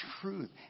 truth